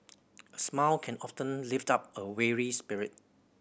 a smile can often lift up a weary spirit